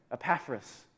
Epaphras